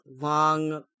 long